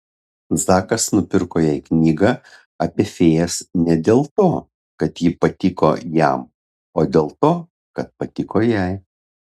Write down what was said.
zakas nupirko jai knygą apie fėjas ne dėl to kad ji patiko jam o dėl to kad patiko jai